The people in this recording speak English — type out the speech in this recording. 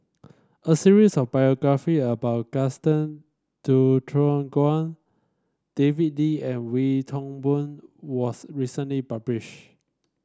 a series of biography about Gaston Dutronquoy David Lee and Wee Toon Boon was recently publish